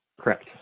Correct